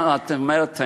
את אומרת,